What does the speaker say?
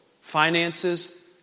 Finances